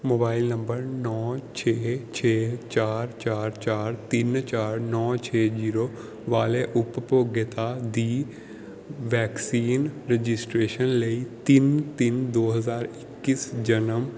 mobile number ਨੌਂ ਛੇ ਛੇ ਚਾਰ ਚਾਰ ਚਾਰ ਤਿੰਨ ਚਾਰ ਨੌਂ ਛੇ ਜੀਰੋ ਵਾਲੇ ਉਪਭੋਗਤਾ ਦੀ ਵੈਕਸੀਨ ਰਜਿਸਟਰੇਸ਼ਨ ਲਈ ਤਿੰਨ ਤਿੰਨ ਦੋ ਹਜ਼ਾਰ ਇੱਕੀ ਜਨਮ